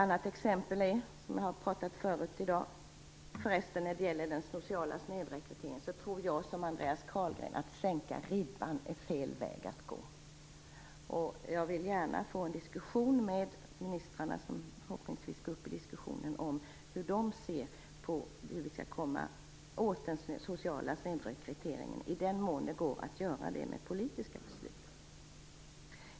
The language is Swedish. När det gäller den sociala snedrekryteringen tror jag precis som Andreas Carlgren att det är fel väg att gå att sänka ribban. Jag vill gärna ha en diskussion med ministrarna, som förhoppningsvis går upp i diskussionen, om hur de ser på frågan om hur vi skall komma åt den sociala snedrekryteringen, i den mån det går att göra det med politiska beslut.